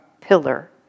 pillar